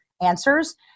answers